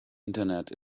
internet